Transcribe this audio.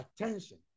attention